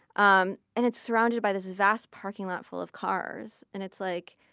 um and it's surrounded by this vast parking lot full of cars. and it's like,